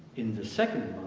in the second